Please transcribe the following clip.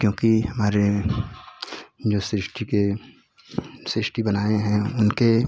क्योंकि हमारे जो सृष्टि के सृष्टि बनाए हैं उनके